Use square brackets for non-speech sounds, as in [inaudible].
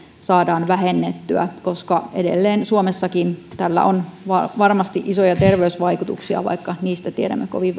saadaan vähennettyä koska edelleen suomessakin tällä on varmasti isoja terveysvaikutuksia vaikka niistä tiedämme vielä kovin [unintelligible]